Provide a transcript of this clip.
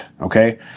okay